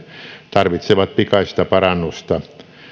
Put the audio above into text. tarvitsevat pikaista parannusta